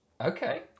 Okay